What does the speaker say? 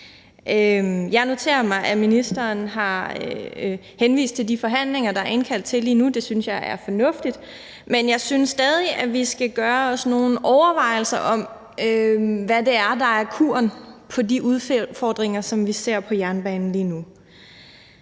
Jeg noterer mig, at ministeren har henvist til de forhandlinger, der er indkaldt til lige nu – det synes jeg er fornuftigt – men jeg synes stadig, at vi skal gøre os nogle overvejelser om, hvad det er, der er kuren i forhold til de udfordringer, som vi ser for jernbanen lige nu.